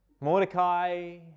Mordecai